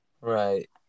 right